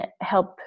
help